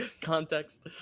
context